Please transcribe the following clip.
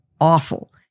awful